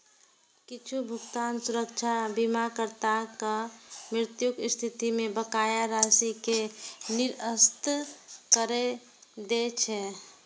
किछु भुगतान सुरक्षा बीमाकर्ताक मृत्युक स्थिति मे बकाया राशि कें निरस्त करै दै छै